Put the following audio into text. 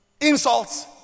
Insults